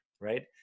right